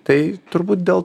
tai turbūt dėl